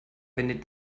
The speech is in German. wendet